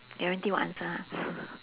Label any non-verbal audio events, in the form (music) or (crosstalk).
guarantee what answer ah (laughs)